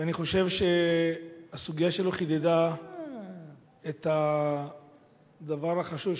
אני חושב שהסוגיה שלו חידדה את הדבר החשוב,